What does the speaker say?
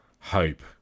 hope